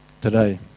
Today